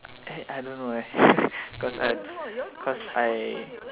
eh I don't know why cause I cause I